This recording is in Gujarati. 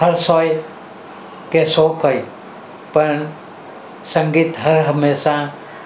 હર્ષ હોય કે શોક હોય પણ સંગીત હર હંમેશા